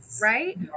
Right